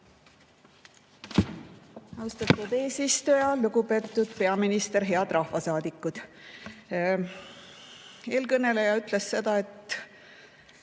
Austatud eesistuja! Lugupeetud peaminister! Head rahvasaadikud! Eelkõneleja ütles seda, et